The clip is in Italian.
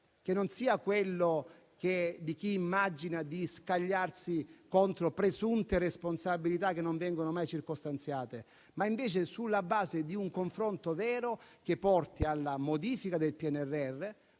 che non sia quello di chi immagina di scagliarsi contro presunte responsabilità che non vengono mai circostanziate, ma che si basi invece su un confronto vero che porti alla modifica del PNRR,